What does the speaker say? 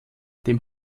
dem